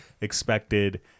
expected